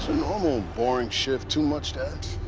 normal, boring shift too much to